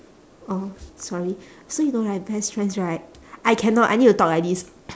oh sorry so you know right best friends right I cannot I need to talk like this